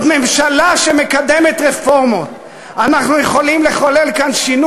אבל הם עובדים על זה, הם עובדים על זה.